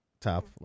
top